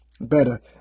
better